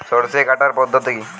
সরষে কাটার পদ্ধতি কি?